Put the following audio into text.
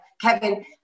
Kevin